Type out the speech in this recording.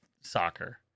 soccer